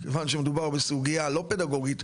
כיוון שמדובר בסוגיה לא פדגוגית,